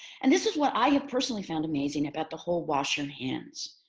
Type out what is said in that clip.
and this is what i have personally found amazing about the whole wash your hands